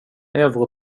euro